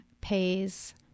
pays